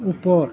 ऊपर